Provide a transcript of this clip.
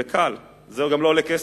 וזה קל וזה גם לא עולה כסף,